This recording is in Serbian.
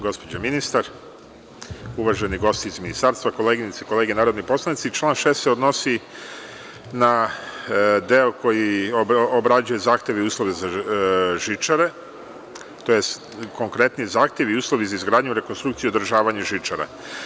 Gospođo ministar, uvaženi gosti iz ministarstva, koleginice i kolege narodni poslanici, član 6. se odnosi na deo koji obrađuje zahteve i uslove za žičare, tj. konkretnije zahtevi i uslovi za izgradnju i rekonstrukciju i održavanje žičara.